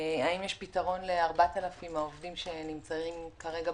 והאם לאחר התוכנית הדבר הראשון שתעשו זה להחזיר למי שקנו כרטיס.